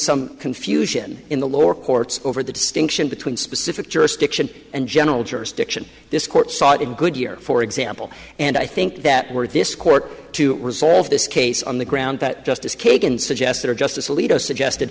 some confusion in the lower courts over the distinction between specific jurisdiction and general jurisdiction this court sought in good year for example and i think that were this court to resolve this case on the ground that justice kagan suggested or justice alito suggested